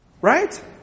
Right